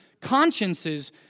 consciences